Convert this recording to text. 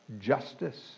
justice